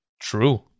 True